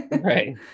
Right